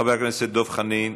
חבר הכנסת דב חנין?